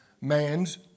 man's